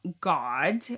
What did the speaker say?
God